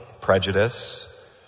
prejudice